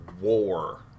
war